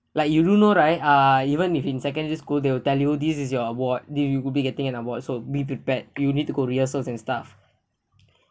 like you do know right uh even if in secondary school they will tell you this is your award you will be getting an award so be prepared you'll need to go rehearsals and stuff